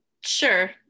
sure